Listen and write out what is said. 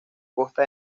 costa